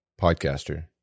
podcaster